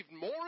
more